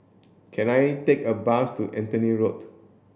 can I take a bus to Anthony Road